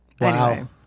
wow